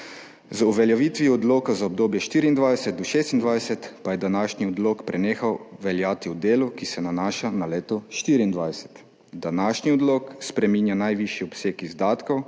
z uveljavitvijo odloka za obdobje od 2024 do 2026 pa je današnji odlok prenehal veljati v delu, ki se nanaša na leto 2024. Današnji odlok spreminja najvišji obseg izdatkov